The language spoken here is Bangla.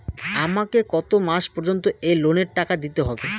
আমাকে কত মাস পর্যন্ত এই লোনের টাকা দিতে হবে?